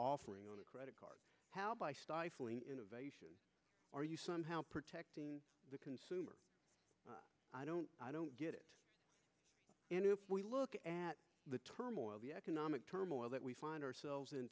offering on a credit card by stifling innovation or you somehow protect the consumer i don't i don't get it we look at the turmoil the economic turmoil that we find ourselves in